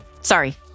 Sorry